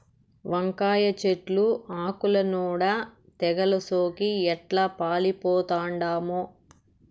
వంకాయ చెట్లు ఆకుల నూడ తెగలు సోకి ఎట్లా పాలిపోతండామో